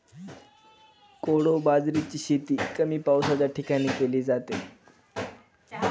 कोडो बाजरीची शेती कमी पावसाच्या ठिकाणी केली जाते